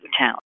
town